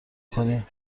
کنی